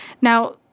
Now